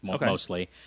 mostly